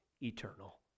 eternal